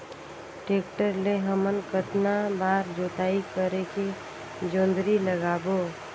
Tractor ले हमन कतना बार जोताई करेके जोंदरी लगाबो?